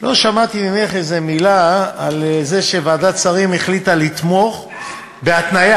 לא שמעתי ממך איזו מילה על זה שוועדת שרים החליטה לתמוך בהתניה,